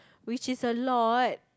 which is a lot